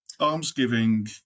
almsgiving